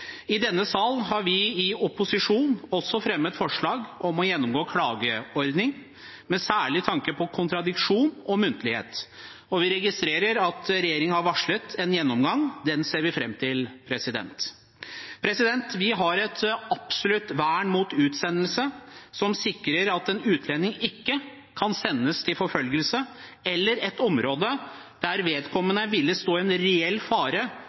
i bildet. I denne sal har vi i opposisjon fremmet forslag om å gjennomgå klageordningen med særlig tanke på kontradiksjon og muntlighet, og vi registrerer at regjeringen har varslet en gjennomgang. Den ser vi fram til. Vi har et absolutt vern mot utsendelse som sikrer at en utlending ikke kan sendes til forfølgelse eller et område der vedkommende ville stå i en reell fare